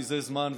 זה זמן,